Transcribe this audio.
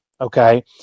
Okay